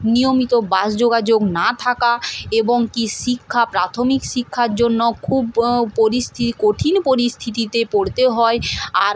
নিয়মিত বাস যোগাযোগ না থাকা এবং কী শিক্ষা প্রাথমিক শিক্ষার জন্য খুব পরিস্থি কঠিন পরিস্থিতিতে পড়তেও হয় আর